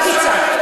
אל תצעק,